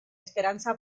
esperanza